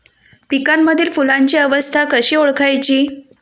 पिकांमधील फुलांची अवस्था कशी ओळखायची?